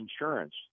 insurance